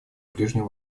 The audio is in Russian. ближнем